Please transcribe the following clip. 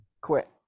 quit